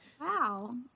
Wow